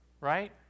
right